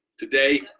today,